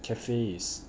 cafes